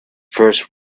first